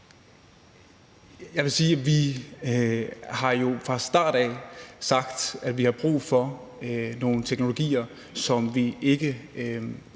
at vi jo fra starten har sagt, at vi har brug for nogle teknologier, som vi ikke